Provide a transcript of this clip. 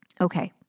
Okay